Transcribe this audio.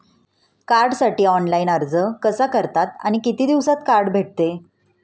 कार्डसाठी ऑनलाइन अर्ज कसा करतात आणि किती दिवसांत कार्ड भेटते?